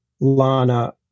Lana